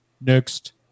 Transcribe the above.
next